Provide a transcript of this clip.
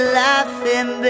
laughing